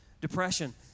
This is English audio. depression